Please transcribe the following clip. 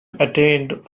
attained